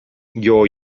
your